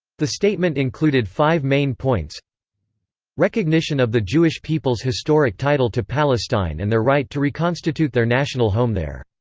the statement included five main points recognition of the jewish people's historic title to palestine and their right to reconstitute their national home there.